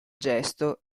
gesto